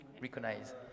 recognize